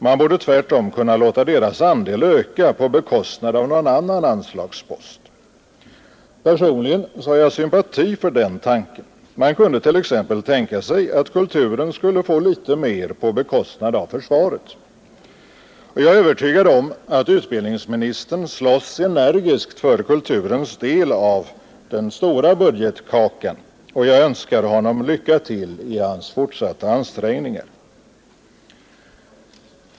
Man borde tvärtom kunna låta deras andel öka på bekostnad av någon annan anslagspost. Personligen har jag sympati för den tanken. Man kunde t.ex. tänka sig att kulturen skulle få litet mer på bekostnad av försvaret. Jag är övertygad om att utbildningsministern slåss energiskt för kulturens del av den stora budgetkakan, och jag önskar honom lycka till i hans fortsatta ansträngningar.